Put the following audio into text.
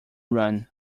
run